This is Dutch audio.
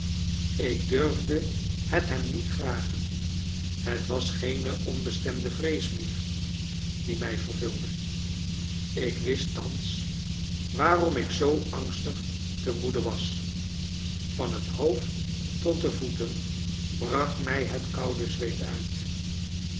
ik durfde het hem niet vragen het was geene onbestemde vrees meer die mij vervulde ik wist thans waarom ik zoo angstig te moede was van het hoofd tot de voeten brak mij het koude zweet uit